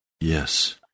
Yes